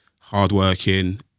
hardworking